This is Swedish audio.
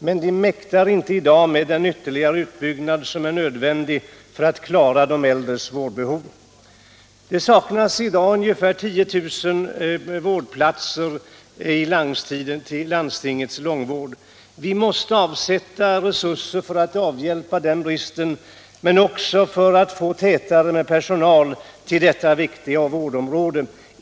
Men de mäktar i dag inte med den ytterligare utbyggnad som är nödvändig för att klara de äldres vårdbehov. Det saknas i dag ungefär 10 000 platser i landstingens långvård. Vi måste avsätta resurser för att avhjälpa den bristen men också för att få tätare med personal inom detta viktiga vårdområde.